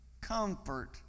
comfort